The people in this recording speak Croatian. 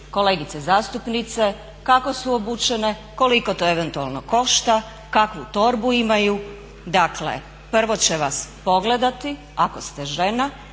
kolegice zastupnice kako su obučene, koliko to eventualno košta, kakvu torbu imaju. Dakle prvo će vas pogledati ako ste žena,